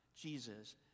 Jesus